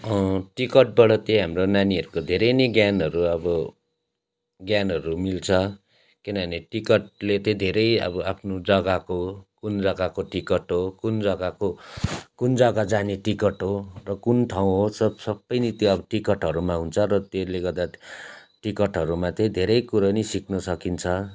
टिकटबाट त्यही हाम्रो नानीहरूको धेरै नै ज्ञानहरू अब ज्ञानहरू मिल्छ किनभने टिकटले त्यही धेरै अब आफ्नो जग्गाको कुन जग्गाको टिकट हो कुन जग्गाको कुन जग्गा जाने टिकट हो र कुन ठाउँ हो सब सबै नै त्यो अब टिकटहरूमा हुन्छ र त्यसले गर्दा टिकटहरूमा त्यही धेरै कुरो नै सिक्नसकिन्छ